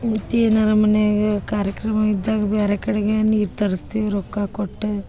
ಮತ್ತು ಏನಾರೂ ಮನೆಯಾಗ ಕಾರ್ಯಕ್ರಮ ಇದ್ದಾಗ ಬೇರೆ ಕಡೆಗೆ ನೀರು ತರ್ಸ್ತೀವಿ ರೊಕ್ಕ ಕೊಟ್ಟು